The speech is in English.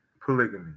polygamy